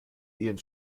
ihren